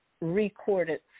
recorded